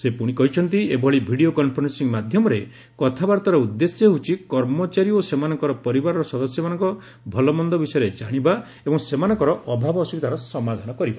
ସେ ପୁଣି କହିଛନ୍ତି ଏଭଳି ଭିଡ଼ିଓ କନଫରେନ୍ସିଂ ମାଧ୍ୟମରେ କଥାବାର୍ତ୍ତାର ଉଦ୍ଦେଶ୍ୟ ହେଉଛି କର୍ମଚାରୀ ଓ ସେମାନଙ୍କର ପରିବାରର ସଦସ୍ୟମାନଙ୍କ ଭଲମନ୍ଦ ବିଷୟରେ ଜାଣିବା ଏବଂ ସେମାନଙ୍କର ଅଭାବଅସୁବିଧାର ସମାଧାନ କରିବା